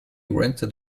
rented